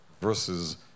versus